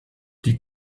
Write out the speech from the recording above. die